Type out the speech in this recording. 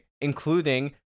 including